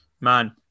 man